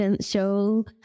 show